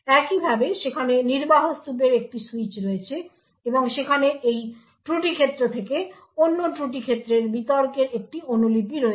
একইভাবে সেখানে নির্বাহ স্তুপের একটি সুইচ রয়েছে এবং সেখানে এই ত্রুটি ক্ষেত্র থেকে অন্য ত্রুটি ক্ষেত্রের বিতর্কের একটি অনুলিপি রয়েছে